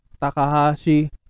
takahashi